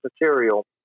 material